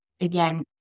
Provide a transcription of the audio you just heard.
again